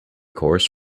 course